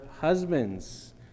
husbands